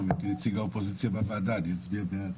וכנציג האופוזיציה בוועדה אני אצביע בעד.